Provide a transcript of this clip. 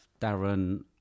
Darren